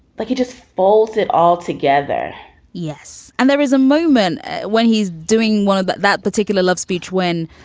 like he just folds it all together yes and there is a moment when he's doing one of but that particular love speech when,